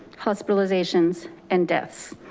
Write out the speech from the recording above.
hospitalizations and deaths.